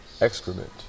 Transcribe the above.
excrement